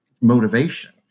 motivation